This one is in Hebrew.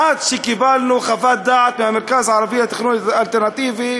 עד שקיבלנו חוות דעת מהמרכז הערבי לתכנון אלטרנטיבי